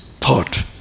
thought